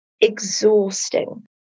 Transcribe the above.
exhausting